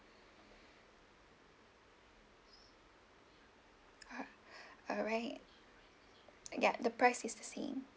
uh alright ya the price is the same